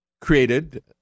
created